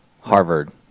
Harvard